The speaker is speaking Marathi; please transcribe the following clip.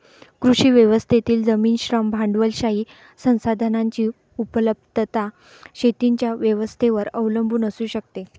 कृषी व्यवस्थेतील जमीन, श्रम, भांडवलशाही संसाधनांची उपलब्धता शेतीच्या व्यवस्थेवर अवलंबून असू शकते